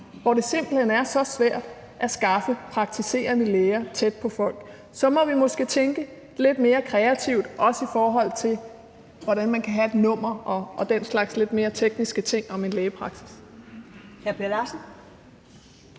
hvor det simpelt hen er så svært at skaffe praktiserende læger tæt på folk. Så må vi måske tænke lidt mere kreativt, også i forhold til hvordan man kan have et nummer og den slags lidt mere tekniske ting ved en lægepraksis.